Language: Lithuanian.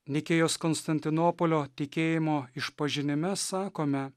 nikėjos konstantinopolio tikėjimo išpažinime sakome